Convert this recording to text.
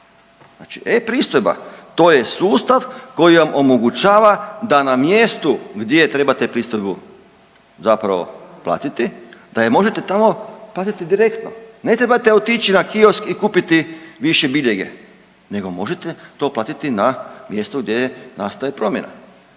e-Pristojba. To je sustav koji vam omogućava da na mjestu gdje trebate pristojbu zapravo platiti, da je možete tamo platiti direktno, ne trebate otići na kiosk i kupiti bivše biljege nego možete to platiti na mjestu gdje je nastaje promjena.